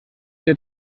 der